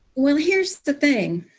well, here's the thing,